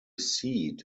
seat